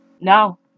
No